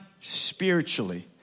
spiritually